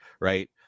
right